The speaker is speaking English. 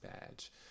badge